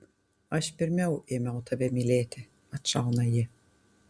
aš pirmiau ėmiau tave mylėti atšauna ji